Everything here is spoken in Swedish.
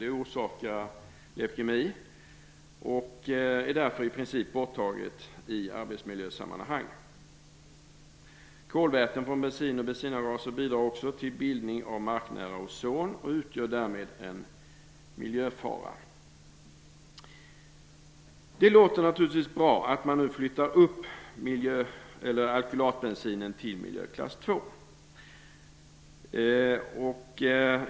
Det orsakar leukemi, och det är därför i princip borttaget i arbetsmiljösammanhang. Kolväten från bensin och bensinavgaser bidrar också till bildande av marknära ozon och utgör därmed en miljöfara. Det låter naturligtvis bra att man nu flyttar upp alkylatbensinen till miljöklass 2.